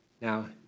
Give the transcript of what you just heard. Now